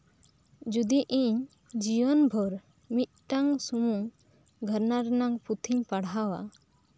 ᱡᱚᱫᱤ ᱤᱧ ᱡᱤᱭᱚᱱ ᱵᱳᱨ ᱢᱤᱫᱴᱟᱱ ᱥᱩᱢᱩᱝ ᱜᱳᱨᱳᱣᱟ ᱨᱮᱭᱟᱜ ᱯᱩᱸᱛᱷᱤᱧ ᱯᱟᱲᱦᱟᱣᱟ